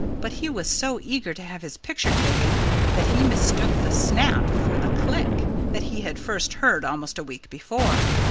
but he was so eager to have his picture taken that he mistook the snap for the click that he had first heard almost a week before.